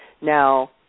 Now